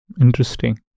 Interesting